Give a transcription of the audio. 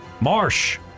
Marsh